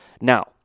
now